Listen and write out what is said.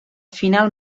final